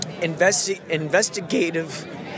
investigative